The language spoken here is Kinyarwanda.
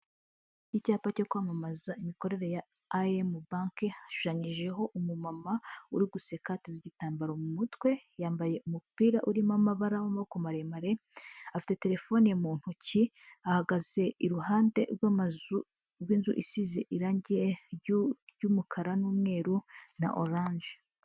Icyapa cyo kwamamaza imikorere ya IM banke, hashushanyijeho umumama uri guseka, ateze igitambaro mu mutwe, yambaye umupira urimo amabara w'amaboko maremare, afite telefone mu ntoki, ahagaze iruhande rw'amazu, rw'inzu isize irangi ry'umukara n'umweru na oranje.